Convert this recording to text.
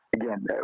Again